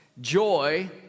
joy